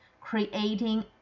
creating